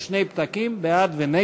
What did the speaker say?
יש שני פתקים, בעד ונגד